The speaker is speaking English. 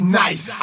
nice